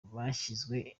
bashyizwe